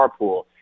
carpool